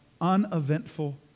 uneventful